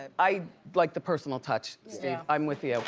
i like the personal touch steve i'm with you.